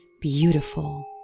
beautiful